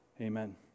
amen